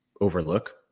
overlook